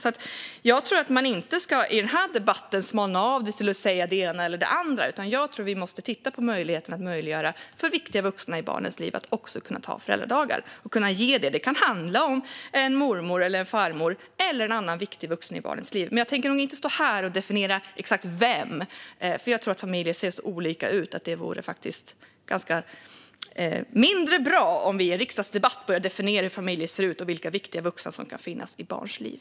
I denna debatt tror jag inte att man ska smalna av det genom att säga det ena eller det andra, utan jag tror att vi måste titta på möjligheterna för andra viktiga vuxna i barnets liv att också ta ut föräldradagar. Det kan handla om en mormor eller en farmor eller en annan viktig vuxen i barnets liv. Men jag tänker inte stå här och definiera exakt vem det kan handla om, eftersom jag tror att familjer ser så olika ut att det vore mindre bra om vi i en riksdagsdebatt började definiera hur familjer ser ut och vilka viktiga vuxna som kan finnas i barns liv.